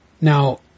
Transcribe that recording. Now